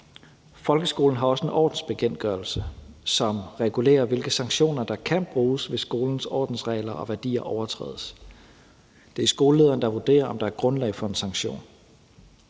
Folkeskolen har også en ordensbekendtgørelse, som regulerer, hvilke sanktioner der kan bruges, hvis skolens ordensregler og værdier overtrædes. Det er skolelederen, der vurderer, om der er grundlag for en sanktion.